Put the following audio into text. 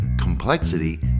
complexity